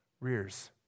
rears